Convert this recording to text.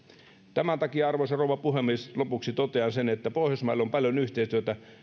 tämän takia arvoisa rouva puhemies lopuksi totean sen että pohjoismailla on paljon yhteistyötä